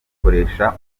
akoresha